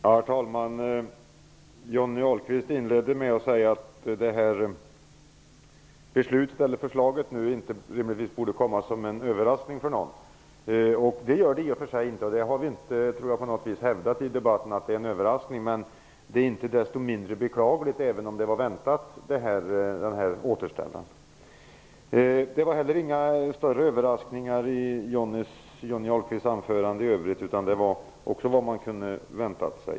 Herr talman! Johnny Ahlqvist inledde med att säga att detta förslag rimligtvis inte borde komma som en överraskning för någon. Det gör det i och för sig inte. Det tror jag inte att vi på något vis har hävdat i debatten. Men den här återställaren är inte desto mindre beklaglig, även om den var väntad. Det var heller inga större överraskningar i Johnny Ahlqvist anförande i övrigt. Det var också vad man kunnat vänta sig.